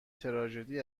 تراژدی